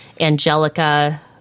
Angelica